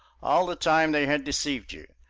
all the time they had deceived you.